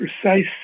precise